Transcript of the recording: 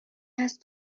هست